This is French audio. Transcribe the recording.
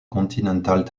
continental